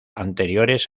anteriores